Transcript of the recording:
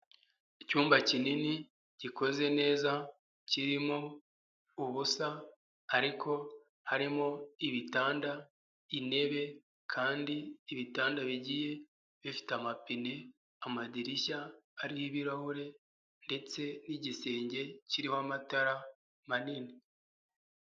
Icyumba kinini gikoze neza, kirimo ubusa ariko harimo ibitanda, intebe kandi ibitanda bigiye bifite amapine, amadirishya ariho ibirahure ndetse n'igisenge kiriho amatara manini.